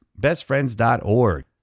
Bestfriends.org